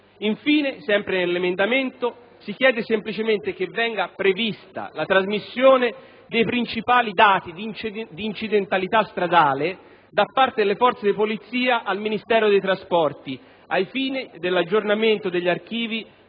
Infine, sempre nell'emendamento, si chiede semplicemente che venga prevista la trasmissione dei principali dati sugli incidenti stradali da parte dalle forze di polizia al Ministero dei trasporti, al fine dell'aggiornamento degli archivi